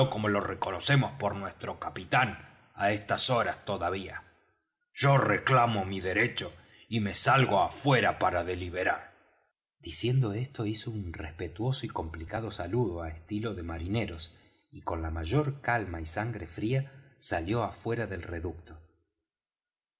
como lo reconocemos por nuestro capitán á estas horas todavía yo reclamo mi derecho y me salgo afuera para deliberar diciendo esto hizo un respetuoso y complicado saludo á estilo de marineros y con la mayor calma y sangre fría salió afuera del reducto